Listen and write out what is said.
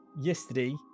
yesterday